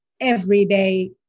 everyday